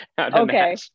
Okay